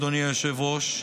אדוני היושב-ראש,